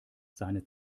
seine